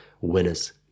winners